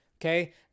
Okay